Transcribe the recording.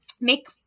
make